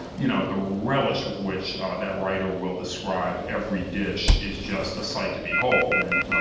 you know the relish with which that writer will describe every dish is just a sight to behold. and,